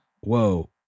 Whoa